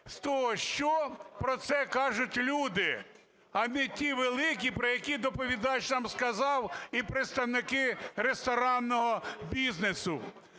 з того, що про це кажуть люди. А не ті великі, про які доповідач нам сказав, і представники ресторанного бізнесу.